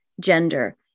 gender